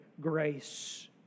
Grace